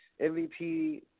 MVP